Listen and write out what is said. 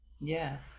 Yes